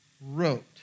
wrote